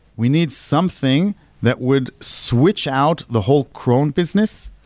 we need something that would switch out the whole cron business.